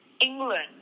England